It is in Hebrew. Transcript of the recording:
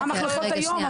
מה המחלוקות היום?